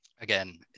Again